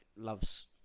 loves